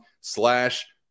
slash